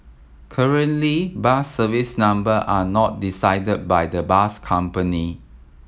currently bus service number are not decided by the bus company